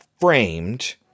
framed